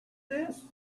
this